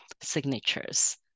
signatures